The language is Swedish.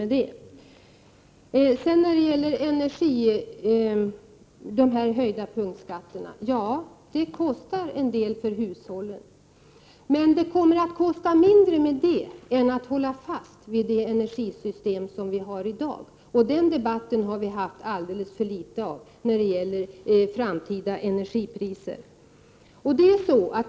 Det är riktigt att de höjda punktskatterna kostar en del för hushållen, men med det förslaget blir kostnaderna mindre än med det energisystem som vi har i dag. Vi har haft alldeles för litet av debatt om framtida energipriser.